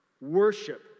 worship